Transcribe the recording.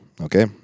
okay